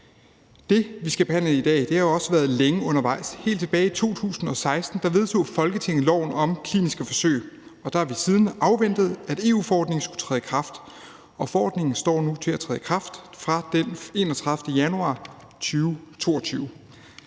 Det, vi skal behandle i dag, har også været længe undervejs. Helt tilbage i 2016 vedtog Folketinget loven om kliniske forsøg, og vi har siden afventet, at EU-forordningen skulle træde i kraft. Forordningen står nu til at træde i kraft fra den 31. januar 2022.